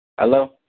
Hello